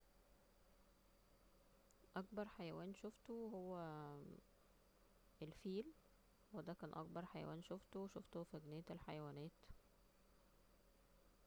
اكبر حيوان شوفته هو الفيل ودا كان اكبر حيوان شوفته شوفته في جنينة الحيوانات